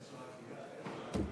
איזו הגייה.